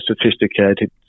sophisticated